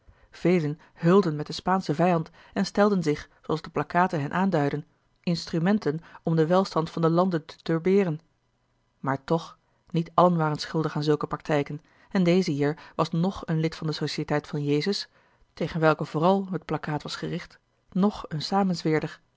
velen heulden met den spaanschen vijand en stelden zich zoo als de plakkaten hen aanduiden instrumenten om den welstand van den lande te turberen maar toch niet allen waren schuldig aan zulke praktijken en deze hier was noch een lid van de sociëteit van jezus tegen welke vooral het plakkaat was gericht noch een